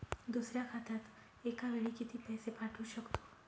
दुसऱ्या खात्यात एका वेळी किती पैसे पाठवू शकतो?